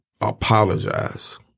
apologize